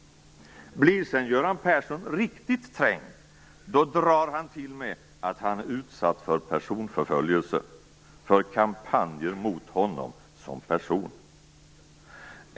Blir sedan Göran Persson riktigt trängd, drar han till med att han är utsatt för personförföljelse, för kampanjer mot honom som person.